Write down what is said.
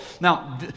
now